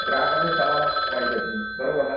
ग्राहकाचं ही समाधान होईल त्यास्नी बरोबर ना